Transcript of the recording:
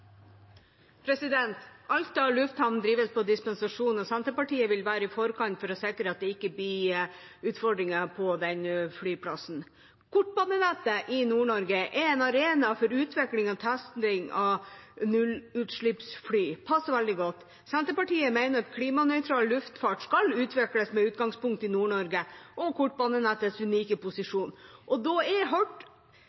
Alta lufthavn drives på dispensasjon, og Senterpartiet vil være i forkant for å sikre at det ikke blir utfordringer på den flyplassen. Kortbanenettet i Nord-Norge er en arena for utvikling og testing av nullutslippsfly. Det passer veldig godt. Senterpartiet mener at klimanøytral luftfart skal utvikles med utgangspunkt i Nord-Norge og kortbanenettets unike